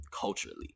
culturally